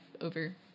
over